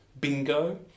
Bingo